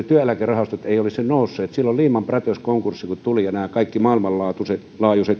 työeläkerahastot eivät nousseet silloin kun lehman brothersin konkurssi tuli ja nämä kaikki maailmanlaajuiset